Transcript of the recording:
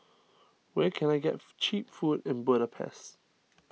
where can I get Cheap Food in Budapest